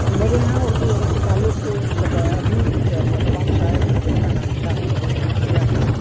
میرے یہاں اردو ادب کے تعلق سے مطلب ابھی ایک نوجوان شاعر ہیں جن کا نام شاہی ابو اما ارریاوی ہے